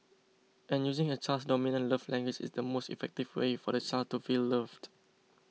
and using a child's dominant love language is the most effective way for the child to feel loved